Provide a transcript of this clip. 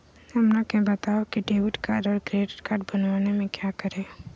हमरा के बताओ की डेबिट कार्ड और क्रेडिट कार्ड बनवाने में क्या करें?